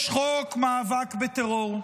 יש חוק מאבק בטרור.